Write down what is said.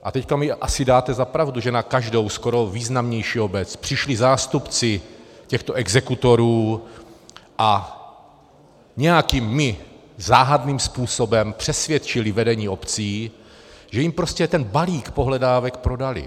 A teď mi asi dáte za pravdu, že na každou skoro významnější obec přišli zástupci těchto exekutorů a nějakým záhadným způsobem přesvědčili vedení obcí, že jim prostě ten balík pohledávek prodali.